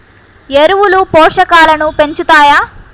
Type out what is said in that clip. ఎరువులు పోషకాలను పెంచుతాయా?